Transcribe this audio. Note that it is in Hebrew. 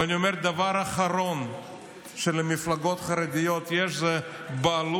ואני אומר: דבר אחרון שלמפלגות החרדיות יש זה בעלות,